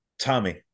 tommy